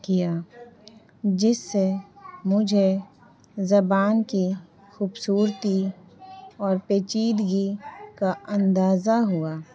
کیا جس سے مجھے زبان کی خوبصورتی اور پیچیدگی کا اندازہ ہوا